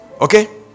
okay